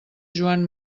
joan